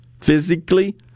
physically